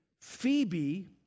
Phoebe